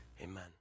amen